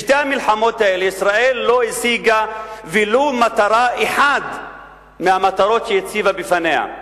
בשתי המלחמות האלה ישראל לא השיגה ולו מטרה אחת מהמטרות שהציבה בפניה,